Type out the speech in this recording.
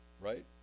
Right